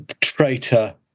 traitor